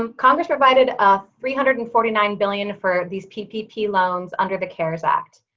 um congress provided a three hundred and forty nine billion for these ppp loans under the cares act.